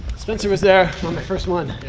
spencer was there on my first one,